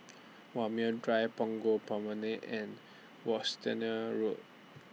Walmer Drive Punggol Promenade and Road